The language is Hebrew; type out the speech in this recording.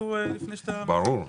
ברור.